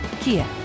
Kia